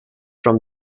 from